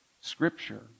scripture